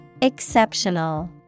Exceptional